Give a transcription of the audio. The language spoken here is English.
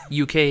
UK